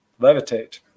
levitate